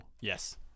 yes